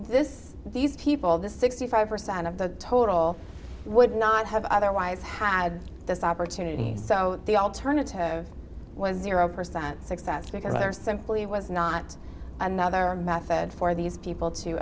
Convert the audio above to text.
this these people this sixty five percent of the total would not have otherwise had this opportunity so the alternative was zero percent success because there simply was not another method for these people to